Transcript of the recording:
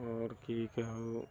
आओर की कहु